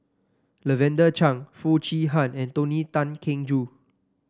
Lavender Chang Foo Chee Han and Tony Tan Keng Joo